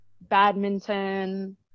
badminton